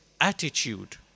attitude